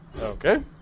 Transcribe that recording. Okay